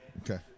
Okay